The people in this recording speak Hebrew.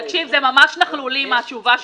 --- תקשיב, זה ממש נכלולי מהתשובה שלך.